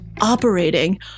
operating